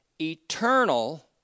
eternal